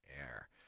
air